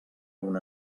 una